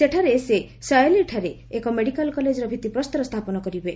ସେଠାରେ ସେ ସୟଲିଠାରେ ଏକ ମେଡ଼ିକାଲ କଲେଜର ଭିଭିପ୍ରସ୍ତର ସ୍ଥାପନ କରିବେ